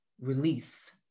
release